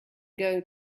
going